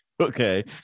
okay